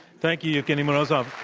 thank you evgeny morozov.